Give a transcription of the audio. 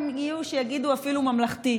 המצב הוא שעבור המבוטח,